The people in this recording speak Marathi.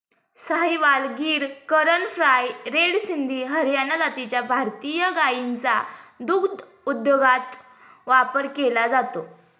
साहिवाल, गीर, करण फ्राय, रेड सिंधी, हरियाणा जातीच्या भारतीय गायींचा दुग्धोद्योगात वापर केला जातो